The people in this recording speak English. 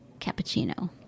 cappuccino